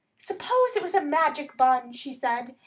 suppose it was a magic bun, she said,